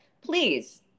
please